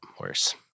worse